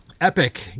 Epic